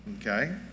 okay